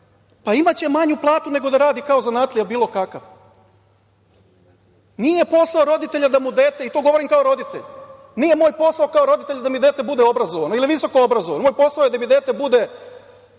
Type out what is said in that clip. Imaće manju platu nego da radi kao zanatlija bilo kakav. Nije posao roditelja da mu dete, to govorim kao roditelj, nije moj posao kao roditelja da mi dete bude obrazovano ili visokoobrazovano, moj posao je da mi dete bude